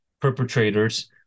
perpetrators